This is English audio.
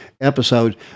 episode